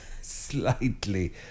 slightly